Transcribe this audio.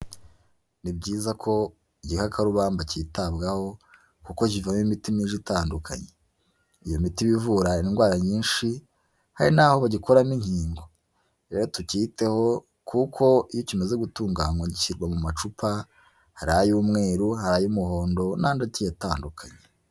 Ni byiza ko igikakarubamba cyitabwaho, kuko kivamo imiti myinshi itandukanye, iyo miti iba ivura indwara nyinshi, hari n'aho bagikoramo inkingo, rero tucyiteho kuko iyo kimaze gutunganywa gishyirwa mu macupa, hari ay'umweru, hari ay'umuhondo n'andi agiye atandukanye.